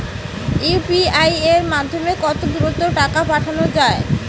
UPI এর মাধ্যমে কত দ্রুত টাকা পাঠানো যায়?